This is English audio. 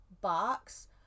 box